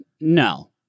no